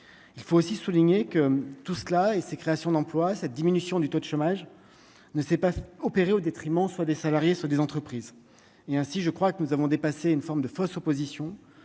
il faut aussi souligner que tout cela et ses créations d'emploi, cette diminution du taux de chômage ne s'est pas opérer au détriment, soit des salariés sur des entreprises et ainsi je crois que nous avons dépassé une forme de fausses oppositions